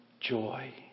joy